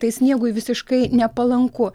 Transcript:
tai sniegui visiškai nepalanku